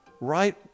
right